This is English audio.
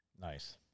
nice